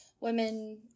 women